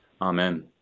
Amen